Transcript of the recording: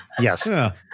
Yes